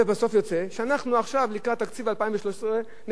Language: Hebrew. שאנחנו, עכשיו, לקראת תקציב 2013, נשלם את המחיר.